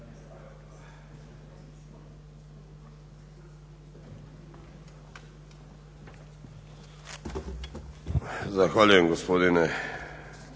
Zahvaljujem gospodine